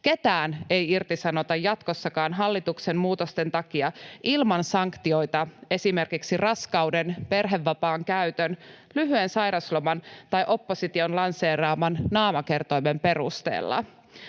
Ketään ei irtisanota jatkossakaan hallituksen muutosten takia ilman sanktioita esimerkiksi raskauden, perhevapaan käytön, lyhyen sairausloman tai opposition lanseeraaman naamakertoimen perusteella.